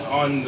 on